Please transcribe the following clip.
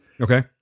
okay